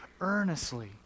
earnestly